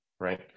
right